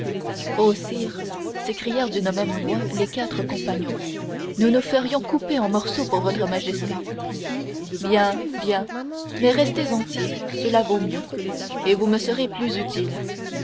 sire s'écrièrent d'une même voix les quatre compagnons nous nous ferions couper en morceaux pour votre majesté bien bien mais restez entiers cela vaut mieux et vous me serez plus utiles